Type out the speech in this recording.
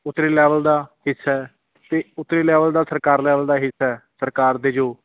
ਉਤਲੇ level ਦਾ ਹਿੱਸਾ ਅਤੇ ਉਤਲੇ ਲੈਵਲ ਦਾ ਸਰਕਾਰ ਲੈਵਲ ਦਾ ਹਿੱਸਾ ਸਰਕਾਰ ਦੇ ਜੋ